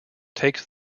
takes